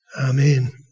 Amen